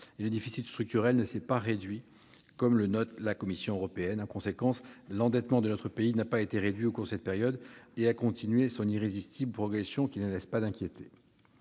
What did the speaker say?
le déficit structurel ne s'est pas réduit, comme l'a fait observer la Commission européenne. En conséquence, l'endettement de notre pays n'a pas été réduit au cours de cette période : il a continué son irrésistible progression, qui ne laisse pas d'inquiéter.